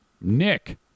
Nick